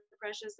precious